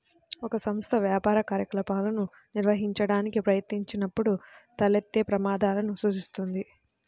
ఒక సంస్థ వ్యాపార కార్యకలాపాలను నిర్వహించడానికి ప్రయత్నించినప్పుడు తలెత్తే ప్రమాదాలను సూచిస్తుంది